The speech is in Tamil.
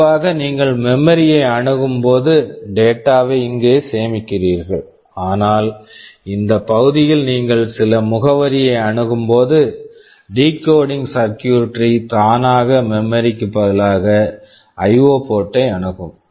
பொதுவாக நீங்கள் மெமரி memory யை அணுகும் போது டேட்டா data வை இங்கே சேமிக்கிறீர்கள் ஆனால் இந்த பகுதியில் நீங்கள் சில முகவரியை அணுகும் போது டிகோடிங் decoding சர்க்யூட்ரி circuitry தானாக மெமரி memory க்கு பதிலாக ஐஓ IO போர்ட் ports களை அணுகும்